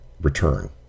return